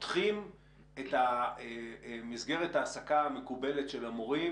מותחים את מסגרת ההעסקה המקובלת של המורים,